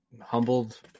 humbled